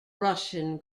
russian